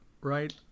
right